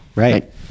Right